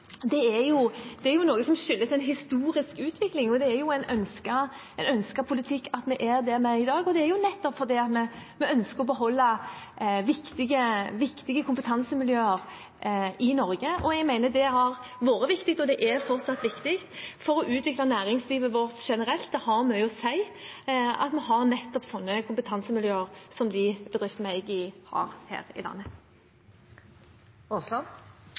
skyldes en historisk utvikling. Det er en ønsket politikk at vi eier det vi eier i dag, og det er nettopp fordi vi ønsker å beholde viktige kompetansemiljøer i Norge. Jeg mener det har vært viktig – og det er fortsatt viktig – for å utvikle næringslivet vårt generelt. Det har mye å si at vi har nettopp slike kompetansemiljøer som de bedriftene som vi eier, har her i landet. Terje Aasland